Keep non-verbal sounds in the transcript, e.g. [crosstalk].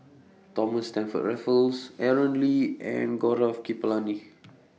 Thomas Stamford Raffles [noise] Aaron Lee and Gaurav Kripalani